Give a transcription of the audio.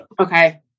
Okay